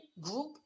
group